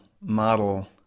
model